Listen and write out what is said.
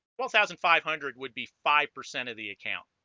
one thousand five hundred would be five percent of the account